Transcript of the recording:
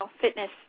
fitness